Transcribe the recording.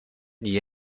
n’y